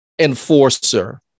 enforcer